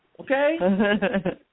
Okay